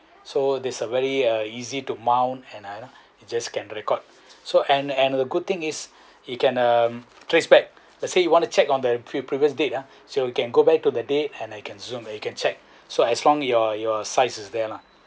so this are very uh easy to mount and you just can record so and and the good thing is it can uh trace back let's say you want to check on the pre~ previous date ah so you can go back to the date and I can zoom you can check so as long your your sizes is there lah